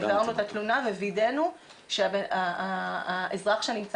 העברנו את התלונה ווידאנו שהאזרח שנמצא